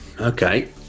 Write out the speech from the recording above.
Okay